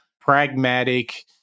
pragmatic